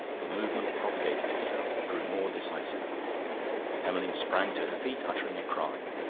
the movement propagated itself, grew more decisive emmeline sprang to her feet, uttering a cry.